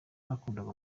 nakundaga